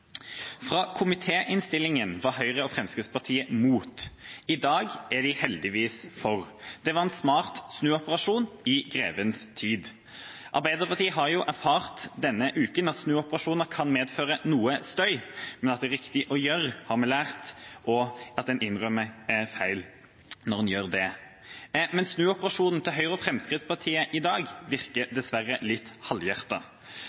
Fra komitéinnstillingen var Høyre og Fremskrittspartiet imot, i dag er de heldigvis for. Det var en smart snuoperasjon i grevens tid. Arbeiderpartiet har jo erfart denne uken at snuoperasjoner kan medføre noe støy, men at det er riktig å gjøre, har vi lært, og også at en innrømmer feil når en gjør det. Snuoperasjonen til Høyre og Fremskrittspartiet i dag virker